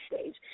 stage